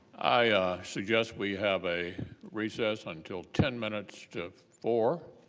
ah suggest we have a recess until ten minutes to four